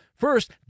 First